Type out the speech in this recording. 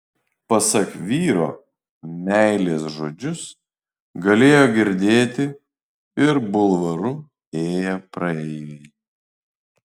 pasak vyro meilės žodžius galėjo girdėti ir bulvaru ėję praeiviai